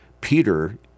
Peter